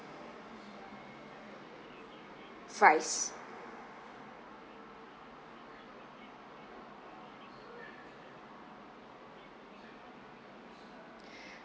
fries